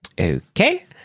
Okay